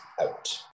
out